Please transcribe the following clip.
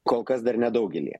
kol kas dar nedaugelyje